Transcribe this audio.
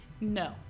No